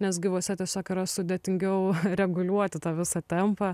nes gyvuose tiesiog yra sudėtingiau reguliuoti tą visą tempą